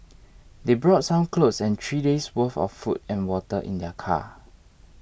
they brought some clothes and three days' worth of food and water in their car